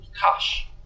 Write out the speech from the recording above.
cash